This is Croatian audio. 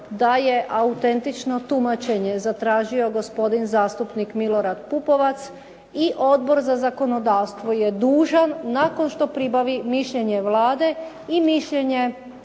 da je autentično tumačenje zatražio gospodin zastupnik Milorad Pupovac i Odbor za zakonodavstvo je dužan nakon što pribavi mišljenje Vlade i mišljenje